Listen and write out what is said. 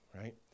right